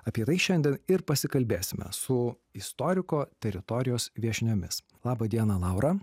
apie tai šiandien ir pasikalbėsime su istoriko teritorijos viešniomis laba diena laura